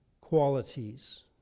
qualities